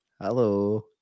Hello